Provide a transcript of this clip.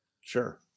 Sure